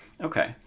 Okay